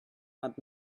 had